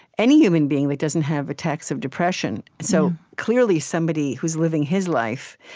any human being, that doesn't have attacks of depression. so clearly, somebody who's living his life,